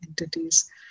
entities